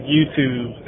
YouTube